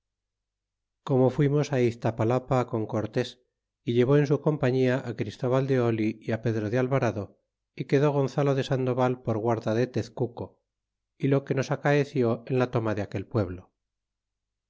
cuino tuimo a iztapalapa con cortés lleó y en en compañia christóbal de oli y pedro de alvarado y quedó gonzalo de sandoval por guarda de teccuco y lo que nos acaeció en la toma de aquel pueblo